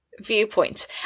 viewpoint